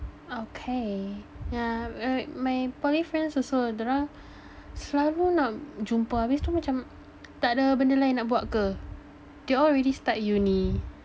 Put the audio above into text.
okay yeah my poly friends also dia orang selalu nak jumpa habis tu macam tak ada benda lain nak buat ke they all already start uni